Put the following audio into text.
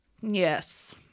Yes